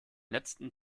letzten